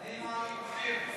האם הר"י מסכים?